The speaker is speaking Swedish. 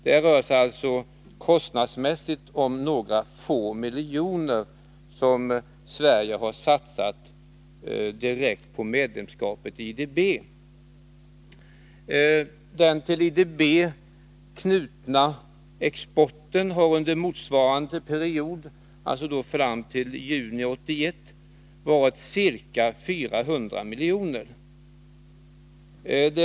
Det rör sig alltså kostnadsmässigt om några få miljoner som Sverige har satsat direkt på Nr 134 medlemskapet i IDB. Den till IDB knutna exporten har under motsvarande period, fram till juni 1981, varit ca 400 milj.kr.